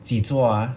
几桌 ah